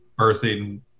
birthing